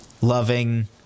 loving